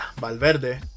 Valverde